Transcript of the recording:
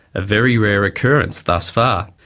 a very rare occurrence thus far.